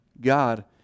God